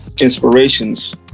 inspirations